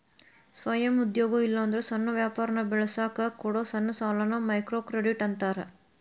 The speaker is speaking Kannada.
ಸ್ವಯಂ ಉದ್ಯೋಗ ಇಲ್ಲಾಂದ್ರ ಸಣ್ಣ ವ್ಯಾಪಾರನ ಬೆಳಸಕ ಕೊಡೊ ಸಣ್ಣ ಸಾಲಾನ ಮೈಕ್ರೋಕ್ರೆಡಿಟ್ ಅಂತಾರ